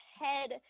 head